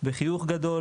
בחיוך גדול,